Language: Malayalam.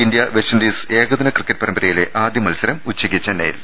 ഇന്തൃ വെസ്റ്റ് ഇൻഡീസ് ഏകദിന ക്രിക്കറ്റ് പരമ്പരയിലെ ആദ്യ മത്സരം ഉച്ചയ്ക്ക് ചെന്നൈയിൽ